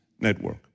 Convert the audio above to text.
network